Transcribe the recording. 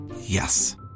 Yes